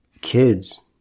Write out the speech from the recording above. kids